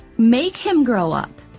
make him grow up.